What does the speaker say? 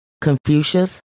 Confucius